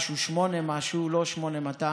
8-משהו, לא 8200,